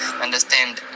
understand